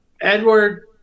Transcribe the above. Edward